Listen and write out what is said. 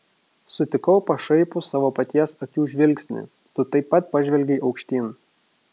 sutikau pašaipų savo paties akių žvilgsnį tu taip pat pažvelgei aukštyn